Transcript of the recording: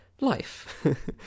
life